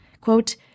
Quote